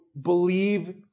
believe